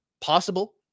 Possible